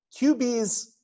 QBs